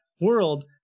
world